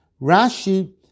Rashi